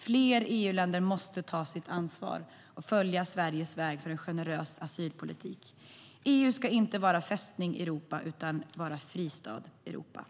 Fler EU-länder måste ta sitt ansvar och följa Sveriges väg för en generös asylpolitik.